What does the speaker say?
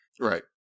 Right